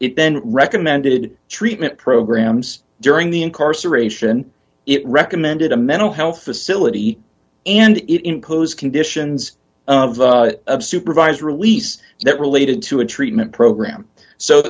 it then recommended treatment programs during the incarceration it recommended a mental health facility and it includes conditions of supervised release that related to a treatment program so